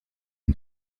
une